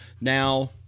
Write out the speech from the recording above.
Now